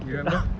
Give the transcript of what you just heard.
you remember